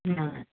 ना